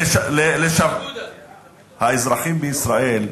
האזרחים בישראל,